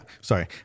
Sorry